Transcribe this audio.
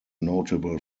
notable